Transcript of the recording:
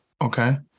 Okay